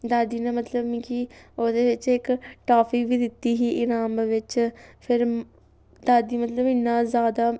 दादी ने मतलब मिगी ओह्दे बिच्च इक टाफी बी दित्ती ही इनाम बिच्च फिर दादी मतलब इन्ना जैदा